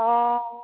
অ